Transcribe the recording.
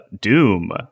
Doom